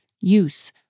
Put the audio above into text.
use